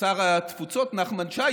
שר התפוצות נחמן שי,